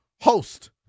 host